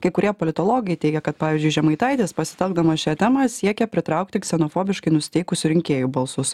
kai kurie politologai teigia kad pavyzdžiui žemaitaitis pasitelkdamas šią temą siekia pritraukti ksenofobiškai nusiteikusių rinkėjų balsus